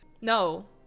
No